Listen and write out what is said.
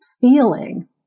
feeling